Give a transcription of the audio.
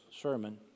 sermon